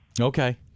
Okay